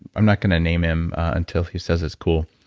i'm not going to name him until he says it's cool,